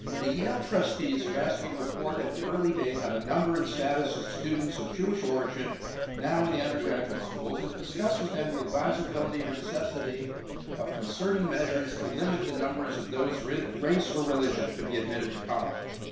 the yale trustees have asked me to report at an early date on the number and status of jewish origin now in the undergraduate schools and to discuss with them the advisability or necessity of concerting measures to limit the numbers of those race or religion to be admitted to college.